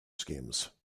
schemes